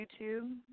YouTube